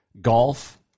Golf